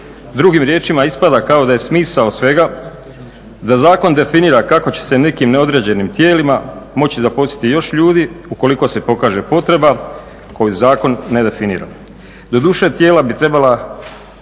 Drugim riječima ispada kao da je smisao svega da zakon definira kako će se nekim neodređenim tijelima moći zaposliti još ljudi, ukoliko se pokaže potreba koju zakon ne definira. Doduše tijela bi trebala